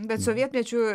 bet sovietmečiu